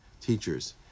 teachers